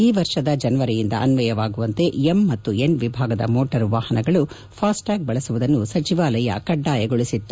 ಈ ವರ್ಷದ ಜನವರಿಯಿಂದ ಅನ್ವಯವಾಗುವಂತೆ ಎಂ ಮತ್ತು ಎನ್ ವಿಭಾಗದ ಮೋಟಾರು ವಾಹನಗಳು ಫಾಸ್ಟ್ ಟ್ಯಾಗ್ ಬಳಸುವುದನ್ನು ಸಚಿವಾಲಯ ಕಡ್ಡಾಯಗೊಳಿಸಿತ್ತು